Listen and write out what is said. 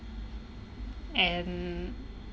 and